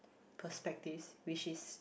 perspectives which is